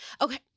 Okay